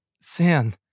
San